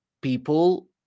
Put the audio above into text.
people